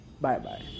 Bye-bye